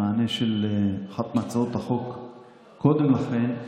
במענה על אחת מהצעות החוק קודם לכן,